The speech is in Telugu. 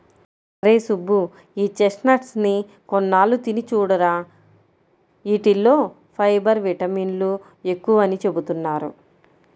అరేయ్ సుబ్బు, ఈ చెస్ట్నట్స్ ని కొన్నాళ్ళు తిని చూడురా, యీటిల్లో ఫైబర్, విటమిన్లు ఎక్కువని చెబుతున్నారు